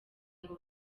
ngo